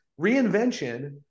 reinvention